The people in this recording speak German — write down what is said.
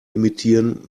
imitieren